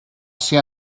ser